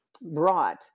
brought